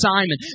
Simon